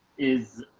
is,